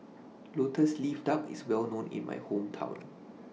Lotus Leaf Duck IS Well known in My Hometown